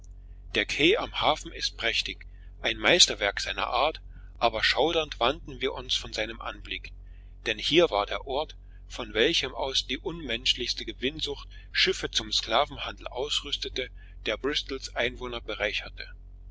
der quai am hafen ist prächtig ein meisterwerk seiner art aber schaudernd wandten wir uns von seinem anblick denn hier war der ort von welchem aus die unmenschlichste gewinnsucht schiffe zum sklavenhandel ausrüstete der bristols einwohner bereicherte